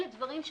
אלה דברים,